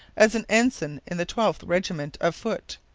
as an ensign in the twelfth regiment of foot!